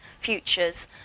futures